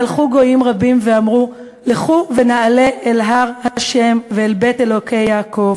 והלכו גוים רבים ואמרו לכו ונעלה אל הר ה' ואל בית אלוקי יעקב